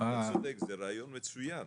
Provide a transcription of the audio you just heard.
אתה צודק, זה רעיון מצוין.